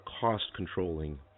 cost-controlling